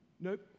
Nope